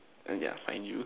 and yeah find you